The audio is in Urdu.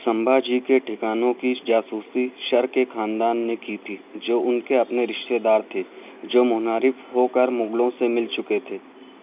سمبھاجی کے ٹھکانوں کی جاسوسی شر کے خاندان نے کی تھی جو ان کے اپنے رشتے دار تھے جو منحرف ہو کر مغلوں سے مل چکے تھے